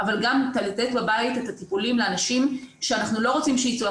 אבל גם לתת בבית את הטיפולים לאנשים שאנחנו לא רוצים שייצאו,